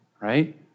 right